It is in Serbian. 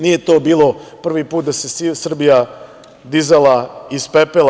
Nije to bilo prvi put da se Srbija dizala iz pepela.